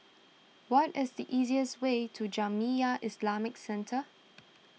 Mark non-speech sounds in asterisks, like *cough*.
what is the easiest way to Jamiyah Islamic Centre *noise*